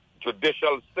judicial